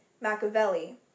Machiavelli